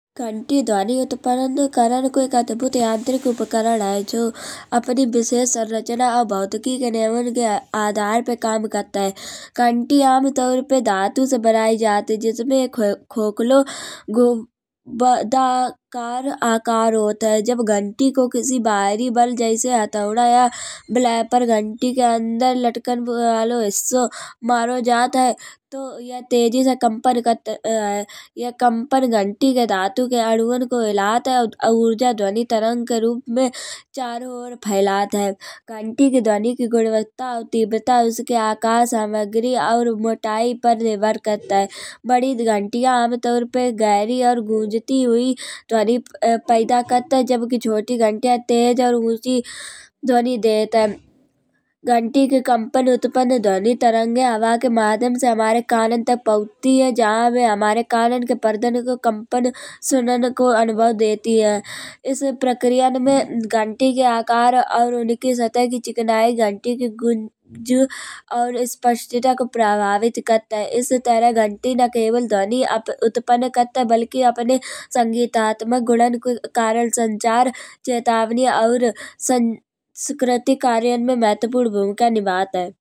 घंटी ध्वनि उत्पन्न करन को एक अदभुत उपकरण है। जो अपनी विशेष संरचना और भौतिकी निर्माण के आधार पे काम करत है। घंटी आमतौर पे धातु से बनायी जात है। जिसमे एक खोखलो घुमाओदार आकार होत है। जब घंटी को किसी बाहरी बल जैसे हथौड़ा या बलपेर घंटी के अंदर लटकन वालो हिस्सो मारो जात है। तो यह तेजी से कंपन्न करत है। यह कंपन्न घंटी के धातु के अद्वान को हिलात है। और ऊर्जा ध्वनि तरंग के रूप में चारो ओर फैलात है। घंटी की ध्वनि की गुणवत्ता और तीव्रता इसके आकार, सामग्री और मोटाई पर निर्भर करत है। बड़ी घंटिया आमतौर पे गहरी और गुंजती हुई ध्वनि पैदा करत है। जबकि छोटी घंटिया तेज और ऊँची ध्वनि देत है। घंटी की कंपन्न उत्पन्न ध्वनि तरंगे हवा के माध्यम से हमारे कान तक पहुँचती है। जहां बे हमारे कान के परदान को कंपन्न सुनन को अनुभव देती है। इस प्रक्ररियां में घंटी के आकार और उनकी सतह की चिकनाई घंटी की गूंज और स्पष्टता को प्रभावित करत है। इस तरह घंटी ना केवल ध्वनि उत्पन्न करत है बल्कि अपनी संगीतात्मक गुणन के कारण संचार और चेतावनी और संस्कृति कार्यान में महत्वपूर्ण भूमिका निभात है।